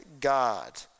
God